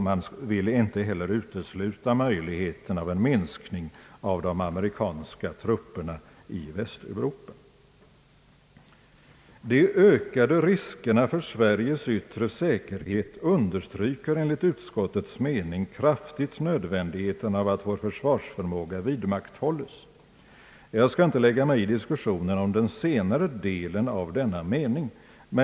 Man vill heller inte utesluta möjligheten av en minskning av de amerikanska trupperna i Västeuropa. »De ökade riskerna för Sveriges yttre säkerhet understryker enligt utskottets mening kraftigt nödvändigheten av att vår försvarsförmåga vidmakthålles.» Jag skall inte lägga mig i diskussionen om den senare delen av denna mening.